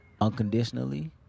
unconditionally